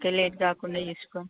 okay late కాకుండా చూస్కోండి